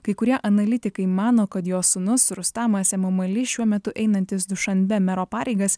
kai kurie analitikai mano kad jo sūnus rustamas emomali šiuo metu einantis dušanbe mero pareigas